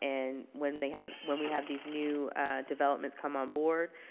and when they have, when we have these new developments come on board.